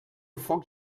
foc